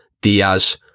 Diaz